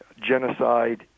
genocide